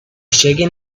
shaken